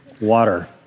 water